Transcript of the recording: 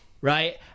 right